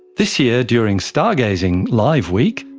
this year during stargazing live week,